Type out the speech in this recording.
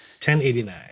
1089